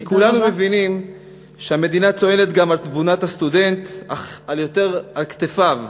כי כולנו מבינים שהמדינה צועדת גם על תבונת הסטודנט אך יותר על כתפיו,